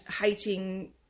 hating